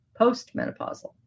postmenopausal